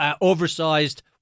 oversized